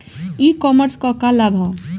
ई कॉमर्स क का लाभ ह?